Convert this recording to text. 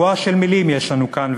בועה של מילים יש לנו כאן,